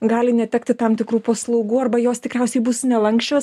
gali netekti tam tikrų paslaugų arba jos tikriausiai bus nelanksčios